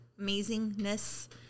amazingness